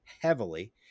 heavily